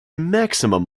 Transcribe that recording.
maximum